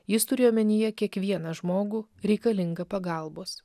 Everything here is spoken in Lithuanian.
jis turėjo omenyje kiekvieną žmogų reikalingą pagalbos